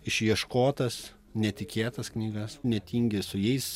išieškotas netikėtas knygas netingi su jais